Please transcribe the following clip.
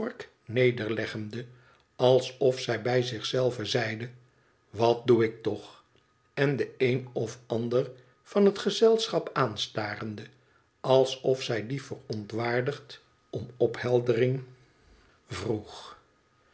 nederleggende alsof zij bij zich zelve zeide wat doe ik toch en den een of ander van het gezelschap aanstarende alsof zij dien verontwaardigd om opheldering vroeg